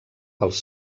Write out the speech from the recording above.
pels